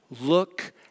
Look